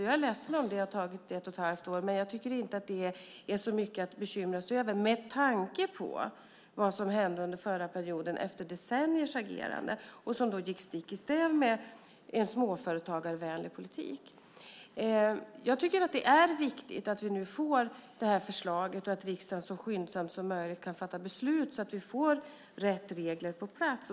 Jag är ledsen om det har tagit ett och ett halvt år, men jag tycker inte att det är så mycket att bekymra sig över, med tanke på vad som hände under förra perioden efter decenniers agerande som då gick stick i stäv med en småföretagarvänlig politik. Jag tycker att det är viktigt att vi nu får det här förslaget och att riksdagen så skyndsamt som möjligt kan fatta beslut så att vi får rätt regler på plats.